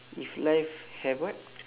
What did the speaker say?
if life have what